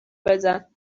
بزن